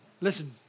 Listen